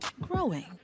Growing